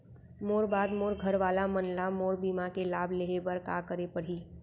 मोर बाद मोर घर वाला मन ला मोर बीमा के लाभ लेहे बर का करे पड़ही?